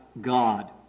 God